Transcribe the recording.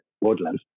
woodland